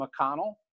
McConnell